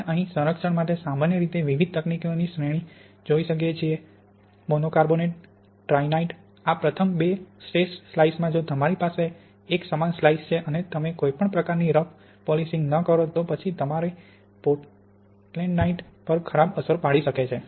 આપણે અહીં સંરક્ષણ માટે સામાન્ય રીતે વિવિધ તકનીકોની શ્રેણી જોઈ શકીએ છીએ મોનોકાર્બોનેટ અને ટ્રાઇનાઇટ આ પ્રથમ બે શ્રેષ્ઠની સ્લાઇસમાં જો તમારી પાસે એક સ્લાઇસ છે અને તમે કોઈપણ પ્રકારની રફ પોલિશિંગ ન કરો તો પછી તમારી પોર્ટલેન્ડાઇટ પર ખરાબ અસર પાડી શકે છે